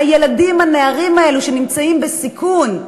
הילדים, הנערים האלה שנמצאים בסיכון,